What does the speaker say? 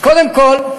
אז קודם כול,